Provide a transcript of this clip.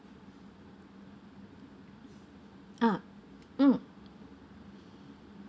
ah mm